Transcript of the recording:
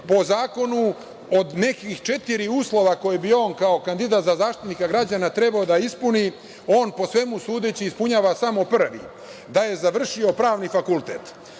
po zakonu od nekih četiri uslova koje bi on kao kandidat za Zaštitnika građana trebalo da ispuni, on po svemu sudeći ispunjava samo prvi - da je završio Pravni fakultet.